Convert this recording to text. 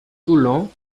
toulon